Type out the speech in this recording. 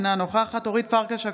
אינה נוכחת אורית פרקש הכהן,